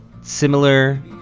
Similar